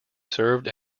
served